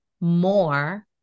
more